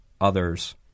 others